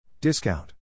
Discount